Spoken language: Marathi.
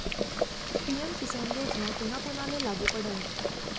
पी.एम किसान योजना कोना कोनाले लागू पडन?